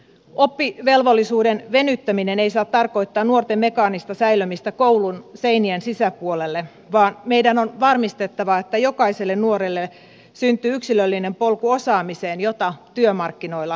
oppivelvollisuuden venyttäminen ei saa tarkoittaa nuorten mekaanista säilömistä koulun seinien sisäpuolelle vaan meidän on varmistettava että jokaiselle nuorelle syntyy yksilöllinen polku osaamiseen jota työmarkkinoilla tarvitaan